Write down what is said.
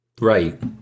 Right